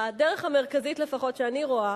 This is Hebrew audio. הדרך המרכזית, לפחות שאני רואה,